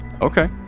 Okay